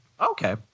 Okay